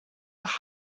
nach